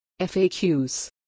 FAQs